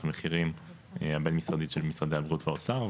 המחירים הבין-משרדית של משרדי הבריאות והאוצר,